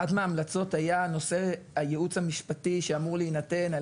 אחת מההמלצות הייתה נושא הייעוץ המשפטי שאמור להינתן על